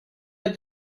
get